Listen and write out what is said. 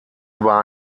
über